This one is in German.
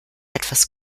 etwas